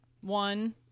one